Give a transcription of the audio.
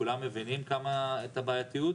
כולם מבינים את הבעייתיות.